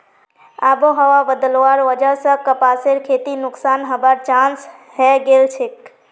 आबोहवा बदलवार वजह स कपासेर खेती नुकसान हबार चांस हैं गेलछेक